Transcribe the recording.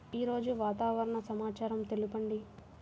ఈరోజు వాతావరణ సమాచారం తెలుపండి